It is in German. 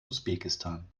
usbekistan